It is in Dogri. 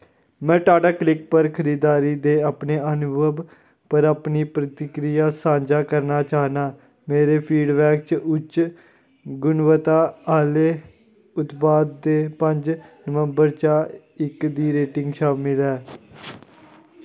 में टाटा क्लिक पर खरीददारी दे अपने अनुभव पर अपनी प्रतिक्रिया सांझा करना चाह्न्नां मेरे फीडबैक च उच्च गुणवत्ता आह्ले उत्पाद ते पंज नवम्बर चा इक दी रेटिंग शामिल ऐ